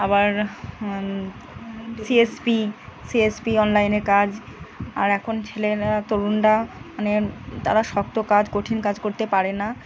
আবার C S P C S P অনলাইনে কাজ আর এখন ছেলেরা তরুণরা মানে তারা শক্ত কাজ কঠিন কাজ করতে পারে না